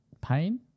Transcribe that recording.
pain